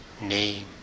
name